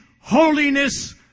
holiness